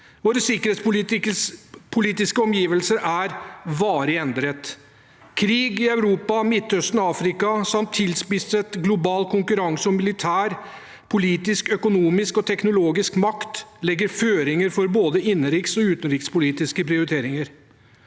Våre sikkerhetspolitiske omgivelser er varig endret. Krig i Europa, Midtøsten og Afrika samt tilspisset global konkurranse om militær, politisk, økonomisk og teknologisk makt legger føringer for både innenriks og utenrikspolitiske prioriteringer.